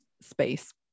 space